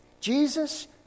Jesus